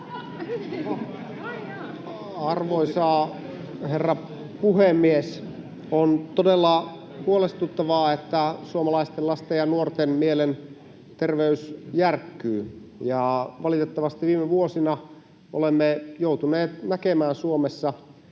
Arvoisa herra puhemies! On todella huolestuttavaa, että suomalaisten lasten ja nuorten mielenterveys järkkyy, ja valitettavasti viime vuosina olemme joutuneet näkemään Suomessa